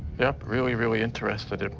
yep, really, really interested.